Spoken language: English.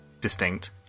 distinct